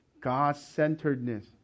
God-centeredness